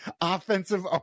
offensive